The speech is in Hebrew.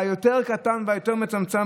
היותר-קטן והיותר-מצמצם,